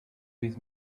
his